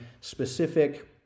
specific